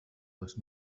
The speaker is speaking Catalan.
dos